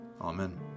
Amen